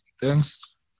Thanks